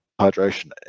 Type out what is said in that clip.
hydration